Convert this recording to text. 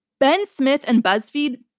ben smith and buzzfeed,